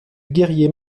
guerrier